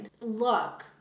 look